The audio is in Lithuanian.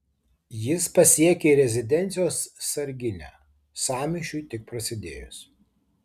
jis pasiekė rezidencijos sarginę sąmyšiui tik prasidėjus